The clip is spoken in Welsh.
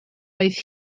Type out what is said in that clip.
oedd